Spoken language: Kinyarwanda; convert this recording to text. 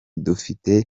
dufite